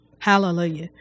Hallelujah